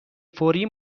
فوری